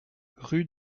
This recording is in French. rue